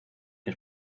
que